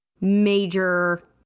major